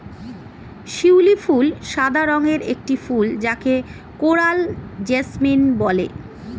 শিউলি ফুল সাদা রঙের একটি ফুল যাকে কোরাল জেসমিন বলে